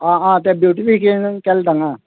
आं आं तें ब्युटिफिकेशन केल्लें थंगां